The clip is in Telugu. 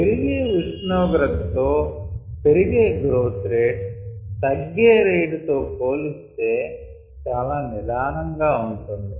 పెరిగే ఉష్ణోగ్రత తో పెరిగే గ్రోత్ రేట్ తగ్గే రేట్ తో పోలిస్తే చాలా నిదానంగా ఉంటుంది